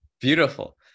beautiful